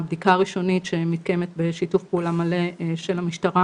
הבדיקה הראשונית שמתקיימת בשיתוף פעולה מלא של המשטרה